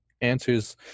answers